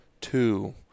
two